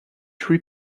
three